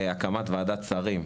הקמת וועדת שרים.